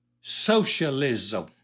socialism